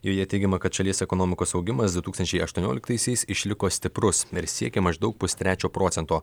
joje teigiama kad šalies ekonomikos augimas du tūkstančiai aštuonioliktaisiais išliko stiprus ir siekia maždaug pustrečio procento